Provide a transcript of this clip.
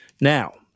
now